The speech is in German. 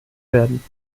werden